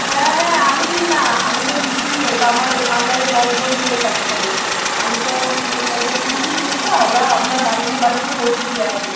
হ্যাঁ হ্যাঁ আমি দিই না আমি তো ডিসট্রিবিউট আমার আন্ডারে দশজন ছেলে কাজ করে আমি তো ওদের দিয়ে দিই দুধটা ওরা আপনার বাড়িতে বাড়িতে পৌঁছে দিয়ে আসে